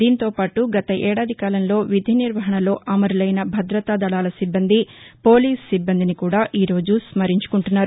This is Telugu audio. దీంతోపాటు గత ఏడాది కాలంలో విధి నిర్వహణలో అమరులైన భద్రతా దళాల సిబ్బంది పోలీస్ సిబ్బందిని కూడా ఈ రోజు స్నరించుకుంటున్నారు